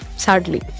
Sadly